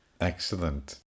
Excellent